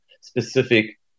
specific